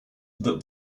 that